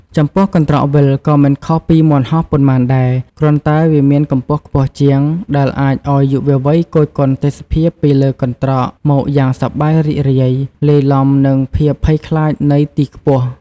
ចំពោះ កន្រ្តកវិល ក៏មិនខុសពីមាន់ហោះប៉ុន្មានដែរ គ្រាន់តែវាមានកម្ពស់ខ្ពស់ជាងដែលអាចឲ្យយុវវ័យគយគន់ទេសភាពពីលើកន្រ្តកមកយ៉ាងសប្បាយរីករាយ លាយលំនិងភាពភ័យខ្លាចនៃទីខ្ពស់។